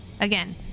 Again